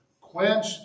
Quench